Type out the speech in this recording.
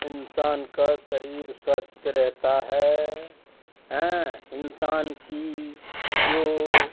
इंसान का शरीर स्वस्थ रहता है हैं इंसान की जो